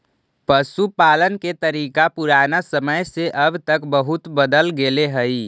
पशुपालन के तरीका पुराना समय से अब तक बहुत बदल गेले हइ